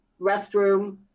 restroom